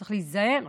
צריך להיזהר,